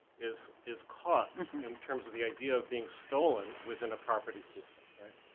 is is caught in terms of the idea of being stolen within a property system, right?